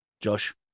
Josh